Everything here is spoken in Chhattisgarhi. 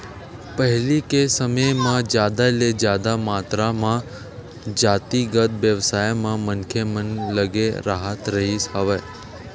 पहिली के समे म जादा ले जादा मातरा म जातिगत बेवसाय म मनखे मन लगे राहत रिहिस हवय